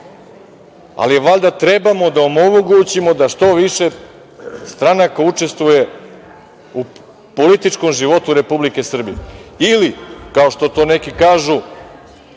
Valjda trebamo da omogućimo da što više stranaka učestvuje u političkom životu Republike Srbije. Ili,